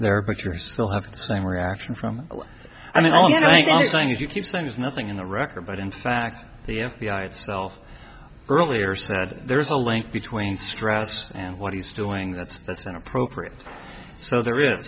there but you're still have the same reaction from i mean i was saying if you keep saying there's nothing in the record but in fact the f b i itself earlier said there's a link between stress and what he's doing that's that's inappropriate so there is